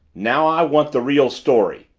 now i want the real story!